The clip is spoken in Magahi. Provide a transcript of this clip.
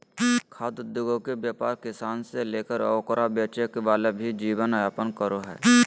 खाद्य उद्योगके व्यापार किसान से लेकर ओकरा बेचे वाला भी जीवन यापन करो हइ